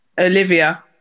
Olivia